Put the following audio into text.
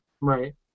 Right